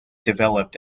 developed